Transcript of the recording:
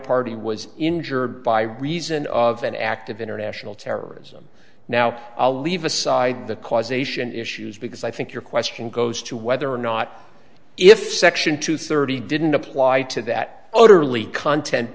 party was injured by reason of an act of international terrorism now i'll leave aside the causation issues because i think your question goes to whether or not if section two thirty didn't apply to that overly content